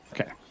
Okay